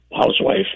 housewife